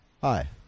hi